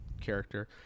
character